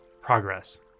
progress